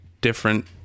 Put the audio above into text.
different